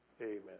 Amen